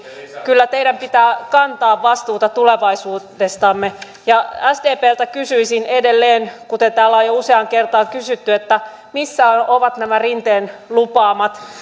kyllä teidän pitää kantaa vastuuta tulevaisuudestamme ja sdpltä kysyisin edelleen kuten täällä on jo useaan kertaa kysytty missä ovat nämä rinteen lupaamat